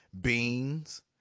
beans